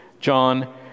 John